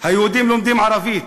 היהודים לומדים ערבית,